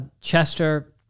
Chester